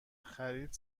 خرید